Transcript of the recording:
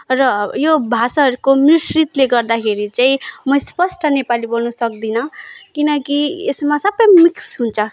र यो भाषाहरको मिश्रितले गर्दाखेरि चाहिँ म स्पष्ट नेपाली बोल्नु सक्दिनँ किनकि यसमा सबै मिक्स हुन्छ